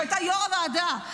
שהייתה יושבת-ראש הוועדה,